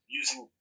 using